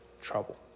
trouble